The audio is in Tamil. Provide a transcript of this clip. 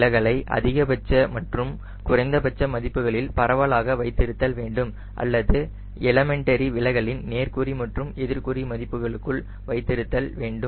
விலகலை அதிகபட்ச மற்றும் குறைந்தபட்ச மதிப்புகளில் பரவலாக வைத்திருத்தல் வேண்டும் அல்லது எலமெண்டரி விலகலின் நேர்க்குறி மற்றும் எதிர்க்குறி மதிப்புகளுக்குள் வைத்திருத்தல் வேண்டும்